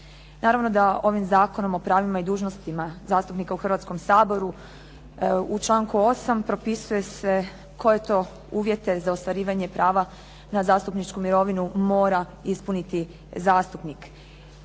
Naravno da ovim Zakonom o pravima i dužnostima zastupnika u Hrvatskom saboru u članku 8. propisuje se koje to uvjete za ostvarivanje prava na zastupničku mirovinu mora ispuniti zastupnik.